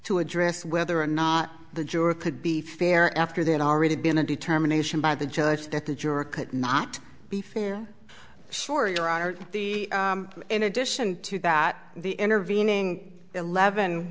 to address whether or not the juror could be fair after they had already been a determination by the judge that the juror could not be fair sure your honor in addition to that the intervening eleven